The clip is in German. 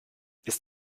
ist